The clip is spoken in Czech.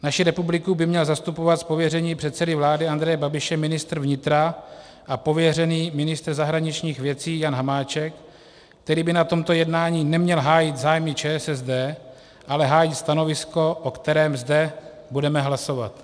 Naši republiku by měl zastupovat z pověření předsedy vlády Andreje Babiše ministr vnitra a pověřený ministr zahraničních věcí Jan Hamáček, který by na tomto jednání neměl hájit zájmy ČSSD, ale hájit stanovisko, o kterém zde budeme hlasovat.